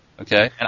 Okay